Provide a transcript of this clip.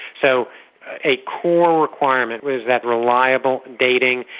so a core requirement was that reliable dating,